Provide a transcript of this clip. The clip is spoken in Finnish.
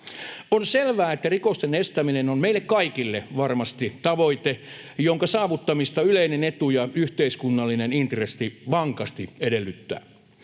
On selvää, että rikosten estäminen on meille kaikille varmasti tavoite, jonka saavuttamista yleinen etu ja yhteiskunnallinen intressi vankasti edellyttävät.